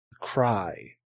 cry